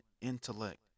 intellect